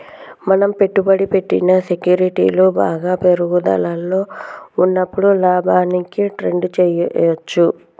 మనం పెట్టుబడి పెట్టిన సెక్యూరిటీలు బాగా పెరుగుదలలో ఉన్నప్పుడు లాభానికి ట్రేడ్ చేయ్యచ్చు